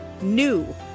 NEW